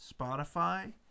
Spotify